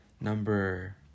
number